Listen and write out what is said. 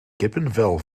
kippenvel